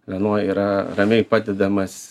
vienoj yra ramiai padedamas